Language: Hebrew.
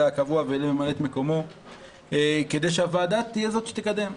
הקבוע ולממלאת מקומו כדי שהוועדה תהיה זאת שתקדם.